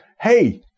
Hey